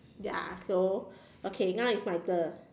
ya so okay now it's my turn